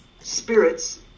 spirits